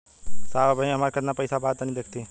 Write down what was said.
साहब अबहीं हमार कितना पइसा बा तनि देखति?